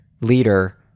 leader